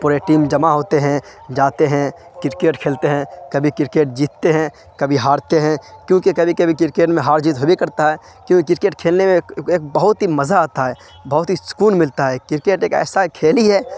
پورے ٹیم جمع ہوتے ہیں جاتے ہیں کرکیٹ کھیلتے ہیں کبھی کرکیٹ جیتتے ہیں کبھی ہارتے ہیں کیونکہ کبھی کبھی کرکیٹ میں ہار جیت ہوئی بے کرتا ہے کیونکہ کرکیٹ کھیلنے میں ایک بہت ہی مزہ آتا ہے بہت ہی سکون ملتا ہے کرکیٹ ایک ایسا کھیل ہی ہے